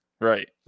right